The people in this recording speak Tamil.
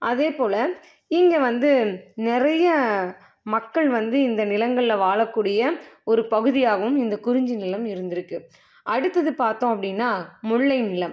அதே போல் இங்கே வந்து நிறைய மக்கள் வந்து இந்த நிலங்களில் வாழக்கூடிய ஒரு பகுதியாகவும் இந்த குறிஞ்சி நிலம் இருந்துருக்குது அடுத்தது பார்த்தோம் அப்படின்னா முல்லை நிலம்